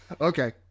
okay